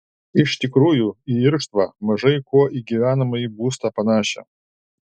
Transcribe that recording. iš tikrųjų į irštvą mažai kuo į gyvenamąjį būstą panašią